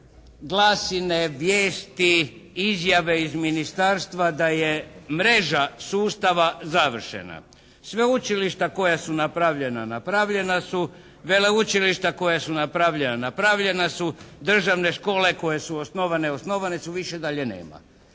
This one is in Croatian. glasine, vijesti, izjave iz ministarstva da je mreža sustava završena. Sveučilišta koja su napravljena napravljena su, veleučilišta koja su napravljena napravljena su, državne škole koje su osnovane osnovane su, više dalje nema.